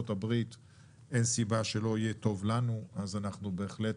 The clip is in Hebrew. אני מקווה שלא נצטרך להגיד את זה להורים של התינוק הז.ה תודה רבה,